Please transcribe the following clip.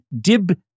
Dib